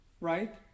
right